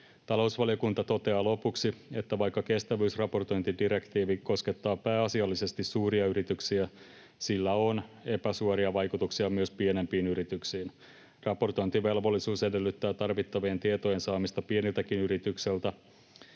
Talousvaliokunta toteaa lopuksi, että vaikka kestävyysraportointidirektiivi koskettaa pääasiallisesti suuria yrityksiä, sillä on epäsuoria vaikutuksia myös pienempiin yrityksiin. Raportointivelvollisuus edellyttää tarvittavien tietojen saamista pieneltäkin yritykseltä,